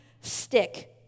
stick